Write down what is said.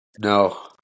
No